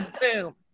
Boom